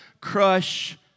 crush